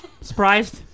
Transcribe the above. Surprised